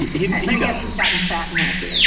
he's gotten fat and happy, like